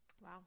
wow